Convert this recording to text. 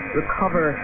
recover